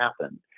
happen